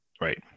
Right